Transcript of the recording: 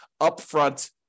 upfront